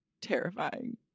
terrifying